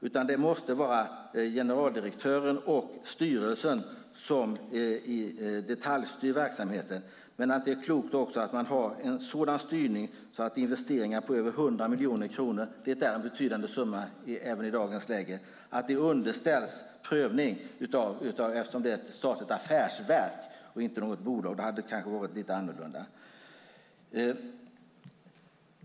Det måste vara generaldirektören och styrelsen som detaljstyr verksamheten. Men det är också klokt att ha en sådan styrning att investeringar på över 100 miljoner kronor - det är en betydande summa även i dagens läge - underställs prövning, eftersom det är ett statligt affärsverk och inte något bolag. Då hade det kanske varit lite annorlunda.